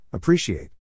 Appreciate